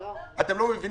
ינון, אני מבין